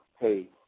Hey